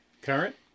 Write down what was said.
Current